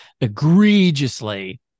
egregiously